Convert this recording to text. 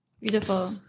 Beautiful